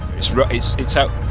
it's row, it's it's out.